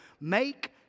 make